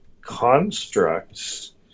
constructs